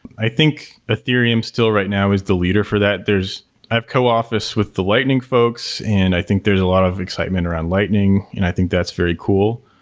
i think ethereum still right now is the leader for that i co-office with the lightning folks and i think there's a lot of excitement around lightning and i think that's very cool.